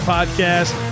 Podcast